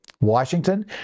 Washington